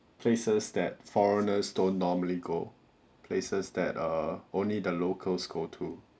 places that foreigners don't normally go places that are only the locals go to